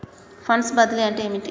Funds బదిలీ అంటే ఏమిటి?